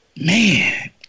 Man